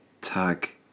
Tag